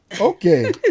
Okay